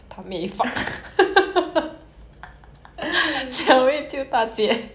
ya no but at the last part it's the 大姐救小妹 [what]